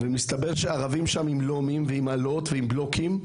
מסתבר שערבים שם הגיעו עם לומים, אלות ובלוקים,